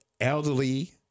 elderly